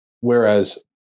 Whereas